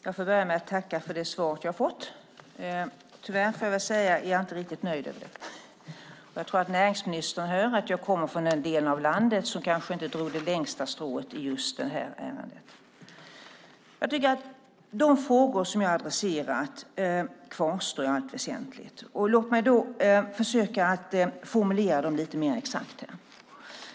Fru talman! Jag får börja med att tacka för det svar jag fått. Tyvärr får jag väl också säga att jag inte är riktigt nöjd med det. Jag tror att näringsministern hör att jag kommer från den del av landet som kanske inte drog det längsta strået i just det här ärendet. De frågor som jag adresserat tycker jag i allt väsentligt kvarstår obesvarade. Låt mig därför försöka formulera dem lite mer exakt.